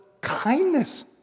kindness